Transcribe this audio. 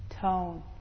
tone